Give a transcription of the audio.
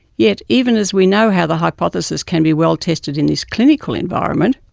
yet even as we know how the hypothesis can be well-tested in this clinical environment,